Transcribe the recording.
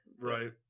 Right